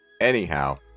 Anyhow